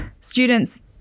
students